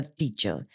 teacher